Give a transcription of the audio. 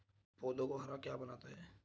पौधों को हरा क्या बनाता है?